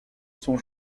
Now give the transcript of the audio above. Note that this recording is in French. son